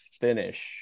finish